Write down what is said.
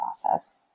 process